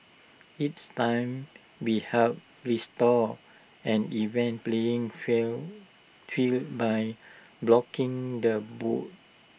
it's time we help restore an even playing field field by blocking the bots